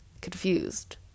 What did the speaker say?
confused